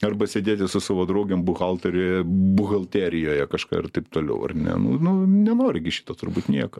arba sėdėti su savo draugėm buhalterėje buhalterijoje kažką ir taip toliau ar ne nu nu nenori šito turbūt nieko